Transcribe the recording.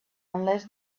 unless